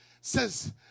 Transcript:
Says